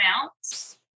announce